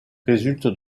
résultent